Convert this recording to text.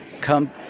come